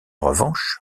revanche